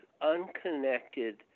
unconnected